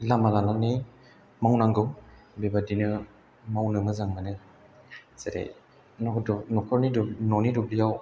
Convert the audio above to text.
लामा लानानै मावनांगौ बेबादिनो मावनो मोजां मोनो जेरै नखरनि न'नि दुब्लियाव